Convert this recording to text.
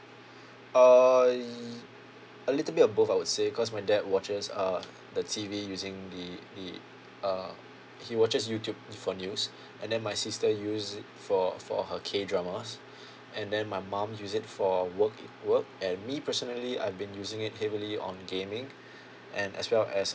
uh y~ a little bit of both I would say because my dad watches uh the T_V using the the uh he watches YouTube for news and then my sister use it for for her K dramas and then my mom use it for work work and me personally I've been using it heavily on gaming and as well as